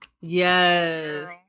Yes